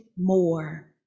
more